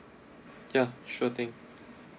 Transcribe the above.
yeah sure thing